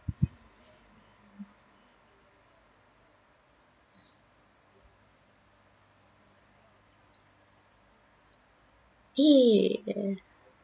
eh err